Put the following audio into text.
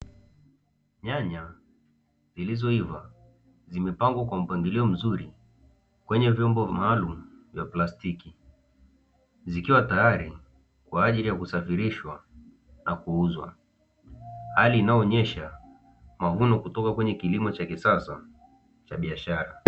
Nyanya zilizoiva zimepangwa kwa mpangilio mzuri kwenye vyombo maalum vya plastiki, zikiwa tayari kwa ajili ya kusafirishwa na kuuzwa hali inayoonyesha mavuno kutoka kwenye kilimo cha kisasa.